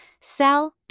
sell